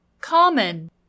Common